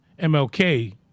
MLK